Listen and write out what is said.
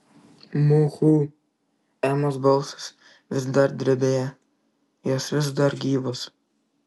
muhu emos balsas vis dar drebėjo jos vis dar gyvos